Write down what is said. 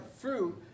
fruit